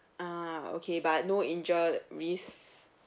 ah okay but no injuries